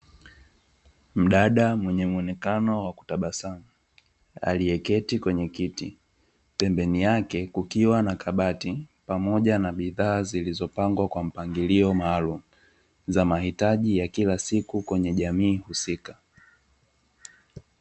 Mdada mwenye muonekano wa kutabasamu aliyeketi kwenye kiti, pembeni yake kukiwa na kabati pamoja na bidhaa zilizopangwa kwa mpangilio maalumu za mahitaji ya kila siku kwenye jamii husika.